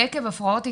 עקב הפרעות התנהגות.